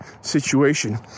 situation